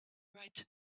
write